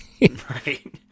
right